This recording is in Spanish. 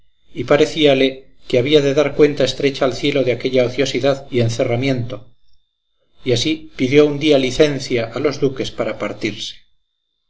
y parecíale que había de dar cuenta estrecha al cielo de aquella ociosidad y encerramiento y así pidió un día licencia a los duques para partirse